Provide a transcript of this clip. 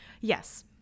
Yes